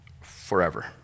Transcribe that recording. forever